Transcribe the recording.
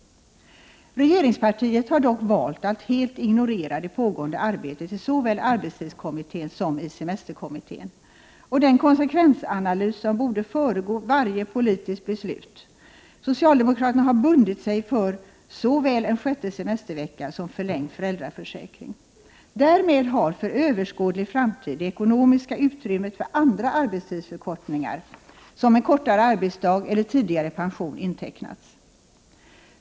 Regeringspartiet har dock valt att helt ignorera det pågående arbetet i såväl arbetstidskommittén som semesterkommittén och den konsekvensanalys som borde föregå varje politiskt beslut. Socialdemokraterna har bundit sig för både en sjätte semestervecka och en förlängd föräldraförsäkring. Därmed har det ekonomiska utrymmet för andra arbetstidsförkortningar, såsom en kortare arbetsdag eller tidigare pension, för överskådlig framtid intecknats.